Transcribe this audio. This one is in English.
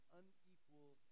unequal